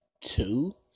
two